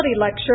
lecture